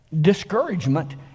discouragement